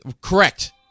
Correct